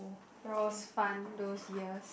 but was fun those years